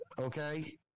Okay